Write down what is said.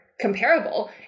Comparable